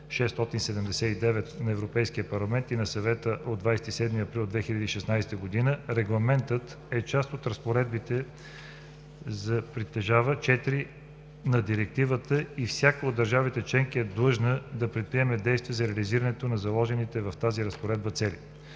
на Европейския парламент и на Съвета от 27 април 2016 г. (Регламентът) в част от разпоредбите си притежава черти на директива и всяка от държавите членки е длъжна да предприеме действия за реализирането на заложените в тези разпоредби цели.